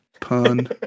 pun